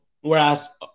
Whereas